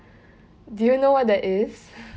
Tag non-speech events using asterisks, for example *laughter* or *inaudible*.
do you know what that is *laughs*